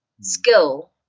skill